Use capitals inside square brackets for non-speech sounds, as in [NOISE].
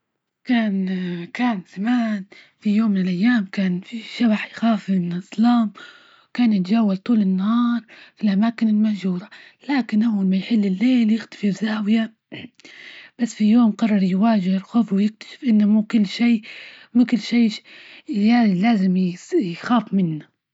كان [HESITATION] كان زمان في يوم من الأيام، كان في شبح يخاف من الظلام، وكان يتجول طول النهار في الأماكن المهجورة، لكن أول ما يحل الليل يختفي فى زاوية، بس في يوم قرر يواجه الخوف ويكتشف إنه مو كل شي- مو كل شي [HESITATION] لازم يخاف منه.